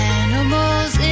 animals